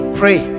pray